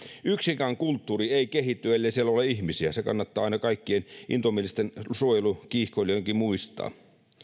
yksikään kulttuuri ei kehity ellei siellä ole ihmisiä se kannattaa aina kaikkien intomielisten suojelukiihkoilijoidenkin muistaa